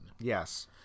Yes